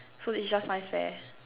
so it's just science fair